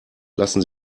lassen